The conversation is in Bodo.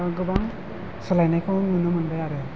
आं गोबां सोलायनायखौ नुनो मोनबाय आरो